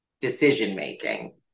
decision-making